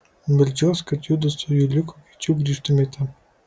meldžiuos kad judu su juliuku greičiau grįžtumėte